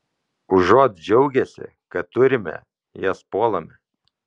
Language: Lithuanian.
užuot džiaugęsi kad turime jas puolame